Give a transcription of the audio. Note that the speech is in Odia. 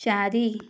ଚାରି